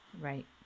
Right